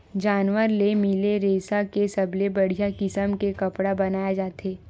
जानवर ले मिले रेसा के सबले बड़िया किसम के कपड़ा बनाए जाथे